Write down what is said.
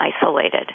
isolated